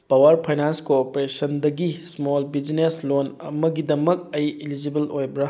power finance ꯀꯣꯑꯣꯄꯦꯔꯦꯁꯟꯗꯒꯤ small business loan ꯑꯃꯒꯤꯗꯃꯛ ꯑꯩ ꯏꯂꯤꯖꯤꯕꯜ ꯑꯣꯏꯕ꯭ꯔ